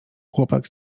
chłopak